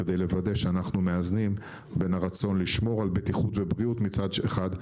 כדי לוודא שאנחנו מאזנים בין הרצון לשמור על בטיחות ובריאות מצד אחד,